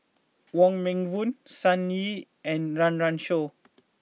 Wong Meng Voon Sun Yee and Run Run Shaw